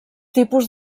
tipus